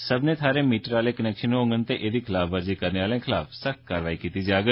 सब्मनें थाहरें मीटर आह्ले कनैक्शन होंडन ते एहदी खलाफवर्जी करने आह्ले खलाफ सख्त कारवाई कीती जाग